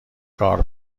کار